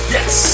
Yes